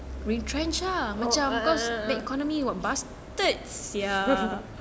oh a'ah